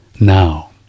now